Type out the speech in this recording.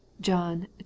John